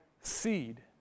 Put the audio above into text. seed